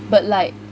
but like